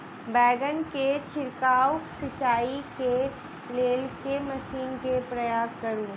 बैंगन केँ छिड़काव सिचाई केँ लेल केँ मशीन केँ प्रयोग करू?